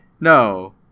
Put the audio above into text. No